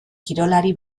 kirolari